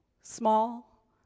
small